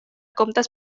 comptes